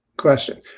Question